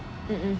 mmhmm